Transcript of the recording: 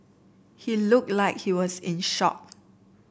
he looked like he was in shock